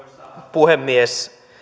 puhemies